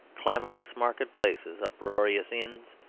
clamorous market-places, uproarious inns,